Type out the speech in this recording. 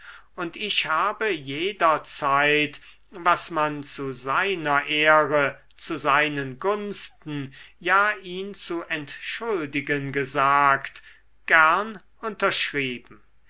und ich habe jederzeit was man zu seiner ehre zu seinen gunsten ja ihn zu entschuldigen gesagt gern unterschrieben